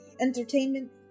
entertainment